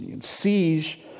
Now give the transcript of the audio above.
siege